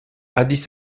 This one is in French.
addis